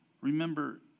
Remember